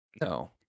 no